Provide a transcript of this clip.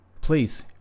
please